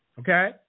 Okay